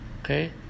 Okay